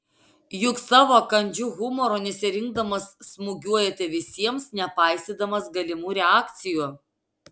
juk savo kandžiu humoru nesirinkdamas smūgiuojate visiems nepaisydamas galimų reakcijų